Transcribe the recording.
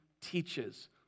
teaches